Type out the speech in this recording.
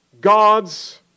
God's